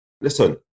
Listen